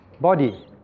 body